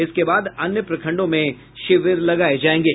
इसके बाद अन्य प्रखंडों में शिविर लगाये जायेंगे